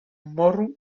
morro